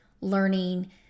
learning